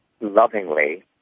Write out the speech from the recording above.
lovingly